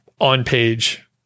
on-page